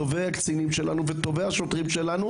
טובי הקצינים שלנו וטובי השוטרים שלנו